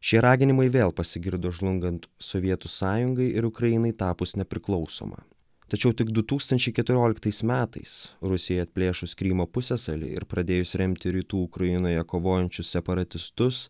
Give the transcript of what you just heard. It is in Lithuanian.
šie raginimai vėl pasigirdo žlungant sovietų sąjungai ir ukrainai tapus nepriklausoma tačiau tik du tūkstančiai keturioliktais metais rusijai atplėšus krymo pusiasalį ir pradėjus remti rytų ukrainoje kovojančius separatistus